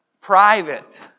private